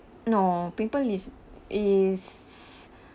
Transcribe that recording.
no pimple is is